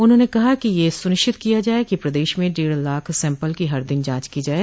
उन्होंने कहा कि यह सुनिश्चित किया जाये कि प्रदेश में डेढ़ लाख सैम्पल की हर दिन जांच की जाये